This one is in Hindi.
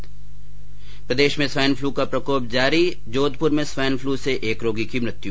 ्र प्रदेश में स्वाईन फ्लू का प्रकोप जारी जोधपुर में स्वाईन फ्लू से एक रोगी की मृत्यु